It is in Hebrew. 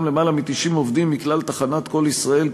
למעלה מ-90 עובדים מכלל תחנת "קול ישראל",